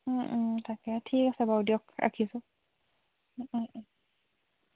তাকে ঠিক আছে বাৰু দিয়ক ৰাখিছোঁ